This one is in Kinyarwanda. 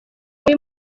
uyu